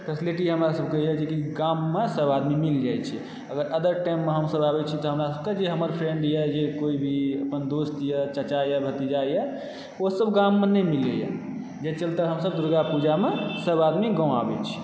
facility हमरासभके यऽ जेकि गाममे सभ आदमी मिल जाइ छी अगर अदर टाइममे हमसभ आबैत छी तऽ हमरा सभके जे हमर फ्रेन्ड यऽ या जे कोई भी अपन दोस्त यऽ चाचा यऽ भतीजा यऽ ओ सभ गाममे नहि मिलैए जय चलते हमसब दुर्गा पूजामे सभ आदमी गाँव आबैत छी